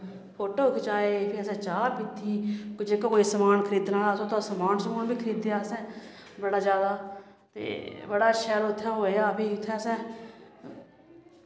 photo खचाए फ्ही असें चाह् पीती कोई जेह्का कोई समान खरीदने आह्ला हा असें उत्थै समान समून बी खरीदेआ असें बड़ा ज्यादा ते बड़ा शैल उत्थै होएआ फ्ही उत्थें असें